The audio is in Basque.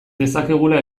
dezakegula